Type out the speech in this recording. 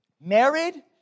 married